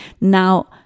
Now